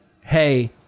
Hey